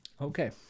Okay